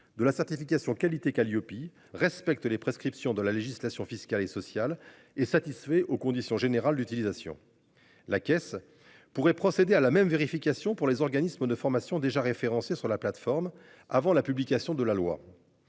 de la certification qualité Kaliopie respectent les prescriptions de la législation fiscale et sociale est satisfait aux conditions générales d'utilisation. La Caisse pourrait procéder à la même vérification pour les organismes de formation déjà référencés sur la plateforme. Avant la publication de la loi.